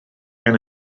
gan